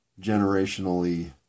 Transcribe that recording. generationally